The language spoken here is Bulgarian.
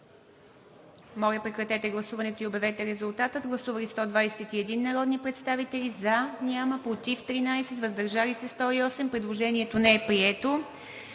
Моля, прекратете гласуването и обявете резултата. Гласували 194 народни представители: за 96, против 80, въздържали се 18. Предложението не е прието.